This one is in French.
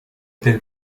hôtel